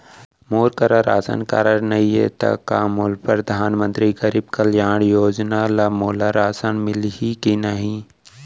मोर करा ration card नहीं है त का मोल परधानमंतरी गरीब कल्याण योजना ल मोला राशन मिलही कि नहीं?